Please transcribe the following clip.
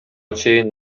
чейин